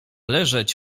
leżeć